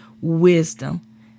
wisdom